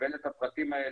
לקבל את הפרטים האלה,